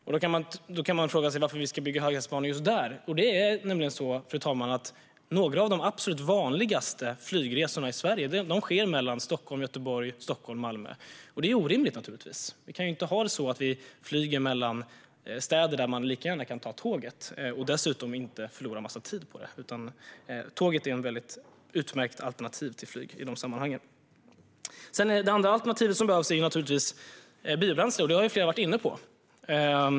Man kan fråga sig varför vi ska bygga höghastighetsbanor just där. Några av de absolut vanligaste flygresorna i Sverige sker mellan Stockholm och Göteborg, och Stockholm och Malmö. Det är naturligtvis orimligt. Vi kan inte ha det så att vi flyger mellan städer där man lika gärna kan ta tåget och dessutom inte förlora en massa tid på det. Tåget är ett utmärkt alternativ till flyg i de sammanhangen. Det andra alternativet som behövs är biobränsle. Det har flera varit inne på.